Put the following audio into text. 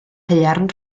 haearn